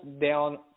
down